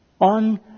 on